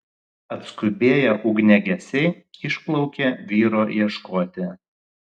atskubėję ugniagesiai išplaukė vyro ieškoti